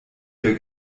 der